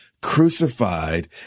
crucified